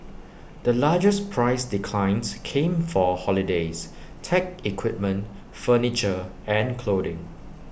the largest price declines came for holidays tech equipment furniture and clothing